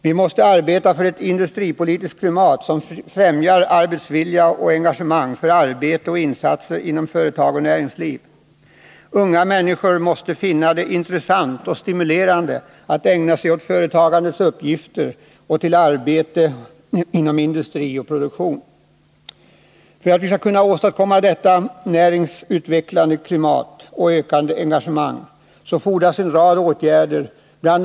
Vi måste arbeta för att åstadkomma ett industri politiskt klimat som främjar arbetsvilja och engagemang för arbete och insatser inom företag och näringsliv. Unga människor måste finna det intressant och stimulerande att ägna sig åt företagandets uppgifter och åt arbete inom industri och produktion. För att vi skall kunna åstadkomma detta näringsutvecklande klimat och ökande engagemang fordras en rad åtgärder. Bl.